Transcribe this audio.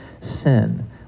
sin